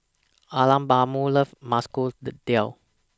Alabama loves Masoor Dal